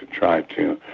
tried to,